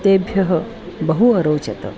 तेभ्यः बहु अरोचत